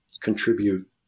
contribute